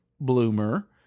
bloomer